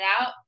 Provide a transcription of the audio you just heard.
out